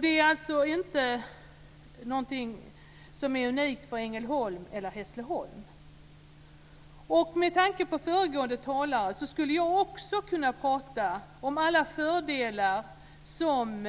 Detta är alltså inte något som är unikt för Ängelholm eller Hässleholm. Med tanke på föregående talare skulle också jag kunna prata om alla fördelar som